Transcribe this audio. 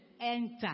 enter